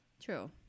true